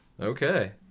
Okay